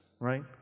right